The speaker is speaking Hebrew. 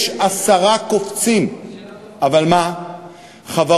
מרצ, עשיתם לי, בליץ.